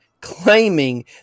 claiming